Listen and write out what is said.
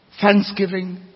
Thanksgiving